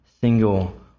single